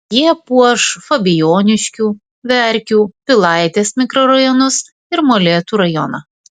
jie puoš fabijoniškių verkių pilaitės mikrorajonus ir molėtų rajoną